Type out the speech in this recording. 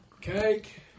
Cake